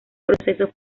proceso